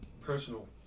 personal